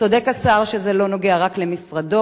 צודק השר שזה לא נוגע רק למשרדו.